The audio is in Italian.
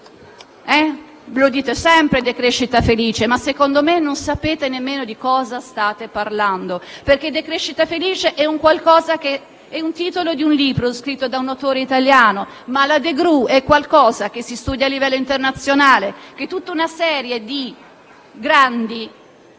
Dite sempre «decrescita felice», ma secondo me non sapete nemmeno di cosa state parlando. Decrescita felice è il titolo di un libro, scritto da un autore italiano, ma la *degrowth* è qualcosa che si studia a livello internazionale, in tutta una serie di grandi